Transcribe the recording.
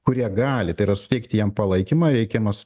kur jie gali tai yra suteikti jiem palaikymą reikiamas